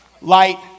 Light